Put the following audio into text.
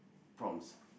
prompts